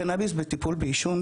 הקנביס בטיפול בעישון,